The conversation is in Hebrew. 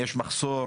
יש מחסור